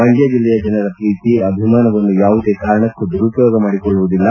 ಮಂಡ್ಣ ಜಿಲ್ಲೆಯ ಜನರ ಪ್ರೀತಿ ಅಭಿಮಾನವನ್ನು ಯಾವುದೇ ಕಾರಣಕ್ಕೂ ದುರುಪಯೋಗಪಡಿಸಿಕೊಳ್ಳುವುದಿಲ್ಲ